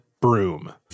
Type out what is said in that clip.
broom